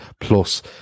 plus